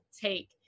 take